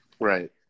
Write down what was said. Right